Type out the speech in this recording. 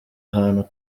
ahantu